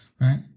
Right